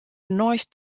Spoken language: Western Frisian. neist